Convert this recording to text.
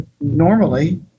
Normally